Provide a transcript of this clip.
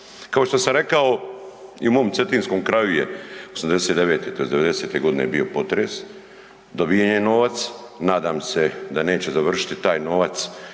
Kao što sam rekao i u mom cetinskom kraju je '89. tj. '90. godine bio potres, dobiven je novac, nadam se da neće završiti taj novac